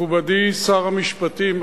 מכובדי שר המשפטים,